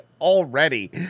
already